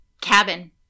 Cabin